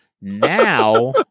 now